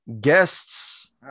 guests